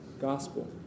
gospel